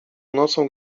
nocą